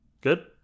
Good